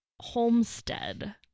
Homestead